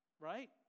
Right